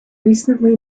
recently